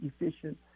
efficient